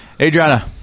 Adriana